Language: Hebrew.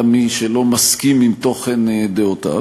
גם מי שלא מסכים עם תוכן דעותיו,